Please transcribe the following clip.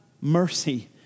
mercy